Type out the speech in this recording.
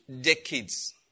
decades